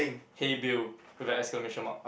hey Bill with an exclamation mark